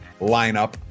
lineup